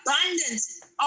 abundance